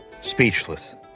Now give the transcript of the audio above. speechless